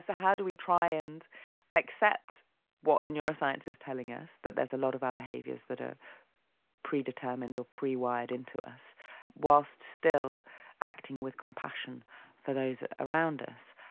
how do we try and accept what neuroscience is telling us, that there is a lot of our behaviours that are predetermined or pre-wired into us whilst still acting with compassion for those around us?